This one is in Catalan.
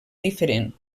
diferent